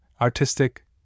artistic